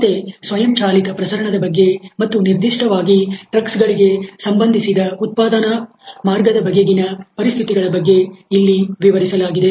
ಮತ್ತೆಸ್ವಯಂಚಾಲಿತ ಪ್ರಸರಣದ ಬಗ್ಗೆ ಮತ್ತು ನಿರ್ದಿಷ್ಟವಾಗಿ ಟ್ರಕ್ಸ್'ಗಳಗೆ ಸಂಬಂಧಿಸಿದ ಉತ್ಪಾದನಾ ಮಾರ್ಗದ ಬಗೆಗಿನ ಪರಿಸ್ಥಿತಿಗಳ ಬಗ್ಗೆ ವಿವರಿಸಲಾಗಿದೆ